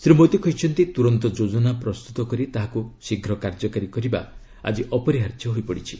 ଶ୍ରୀ ମୋଦି କହିଛନ୍ତି ତୁରନ୍ତ ଯୋଜନା ପ୍ରସ୍ତୁତ କରି ତାହାକୁ ଶୀଘ୍ର କାର୍ଯ୍ୟକାରୀ କରିବା ଆଜି ଅପରିହାର୍ଯ୍ୟ ହୋଇପଡ଼ିଛି